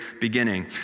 beginning